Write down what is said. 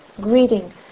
greeting